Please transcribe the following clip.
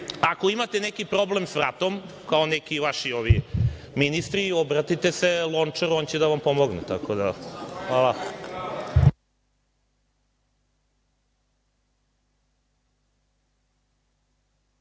Ako imate neki problem sa vratom, kao neki vaši ovi ministri, obratite se Lončaru on će da vam pomogne. Hvala.